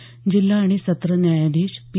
नाशिक जिल्हा आणि सत्र न्यायाधीश पी